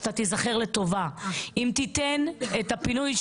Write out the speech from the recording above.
אתה תיזכר לטובה.